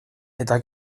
eta